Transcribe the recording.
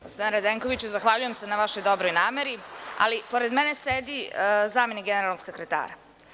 Gospodine Radenkoviću, zahvaljujem se na vašoj dobroj nameri, ali pored mene sedi zamenik generalnog sekretara.